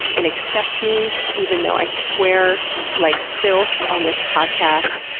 and accepts me even though i swear like filth on this podcast.